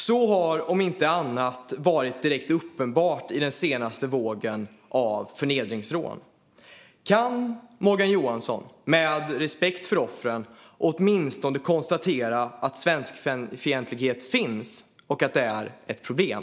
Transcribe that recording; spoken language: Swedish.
Så har om inte annat varit direkt uppenbart i den senaste vågen av förnedringsrån. Kan Morgan Johansson, med respekt för offren, åtminstone konstatera att svenskfientlighet finns och att det är ett problem?